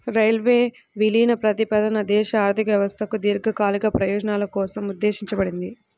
railway విలీన ప్రతిపాదన దేశ ఆర్థిక వ్యవస్థకు దీర్ఘకాలిక ప్రయోజనాల కోసం ఉద్దేశించబడింది